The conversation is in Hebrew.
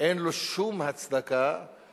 אין לו שום הצדקה,